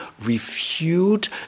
refute